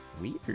Weird